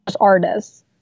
artists